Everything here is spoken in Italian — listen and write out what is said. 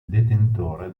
detentore